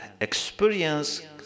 experience